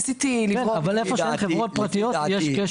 ניסיתי לגעת --- איפה שאין חברות פרטיות יש כשל.